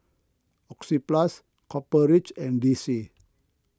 Oxyplus Copper Ridge and D C